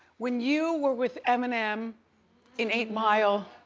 when you were with eminem in eight mile,